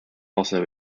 also